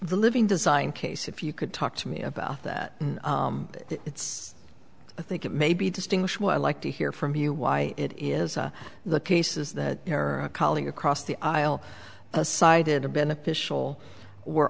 the living design case if you could talk to me about that it's i think it maybe distinguish what i like to hear from you why it is the case is that there are a colleague across the aisle aside in a beneficial we're